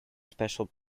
special